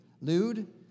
lewd